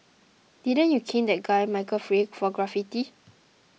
didn't you cane that guy Michael Fay for graffiti